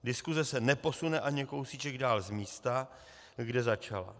Diskuse se neposune ani kousíček dál z místa, kde začala.